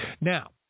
Now